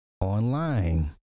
online